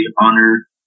honor